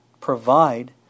provide